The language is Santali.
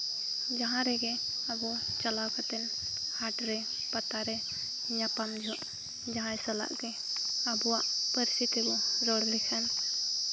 ᱡᱟᱦᱟᱸ ᱨᱮᱜᱮ ᱟᱵᱚ ᱪᱟᱞᱟᱣ ᱠᱟᱛᱮ ᱦᱟᱴᱨᱮ ᱯᱟᱛᱟᱨᱮ ᱧᱟᱯᱟᱢ ᱡᱚᱦᱚᱜ ᱡᱟᱦᱟᱸᱭ ᱥᱟᱞᱟᱜ ᱜᱮ ᱟᱵᱚᱣᱟᱜ ᱯᱟᱹᱨᱥᱤ ᱛᱮᱵᱚᱱ ᱨᱚᱲ ᱞᱮᱠᱷᱟᱱ